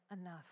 enough